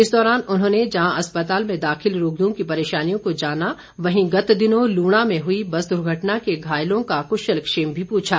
इस दौरान उन्होंने जहां अस्पताल में दाखिल रोगियों की परेशानियों को जाना वहीं गत दिनों लूणा में हुई बस दुर्घटना के घायलों का कुशलक्षेम भी पूछा